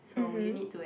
mmhmm